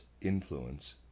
Influence